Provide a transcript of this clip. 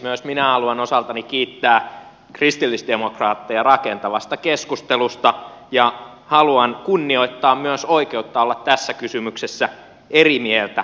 myös minä haluan osaltani kiittää kristillisdemokraatteja rakentavasta keskustelusta ja haluan kunnioittaa myös oikeutta olla tässä kysymyksessä eri mieltä